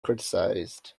criticized